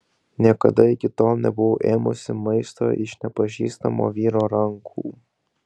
niekada iki tol nebuvau ėmusi maisto iš nepažįstamo vyro rankų